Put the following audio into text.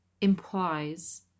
implies